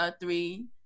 three